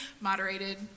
moderated